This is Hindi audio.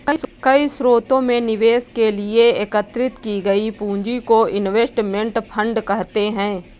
कई स्रोतों से निवेश के लिए एकत्रित की गई पूंजी को इनवेस्टमेंट फंड कहते हैं